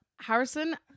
Harrison